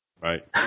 Right